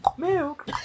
milk